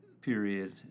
period